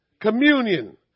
Communion